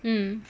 mm